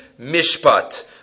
mishpat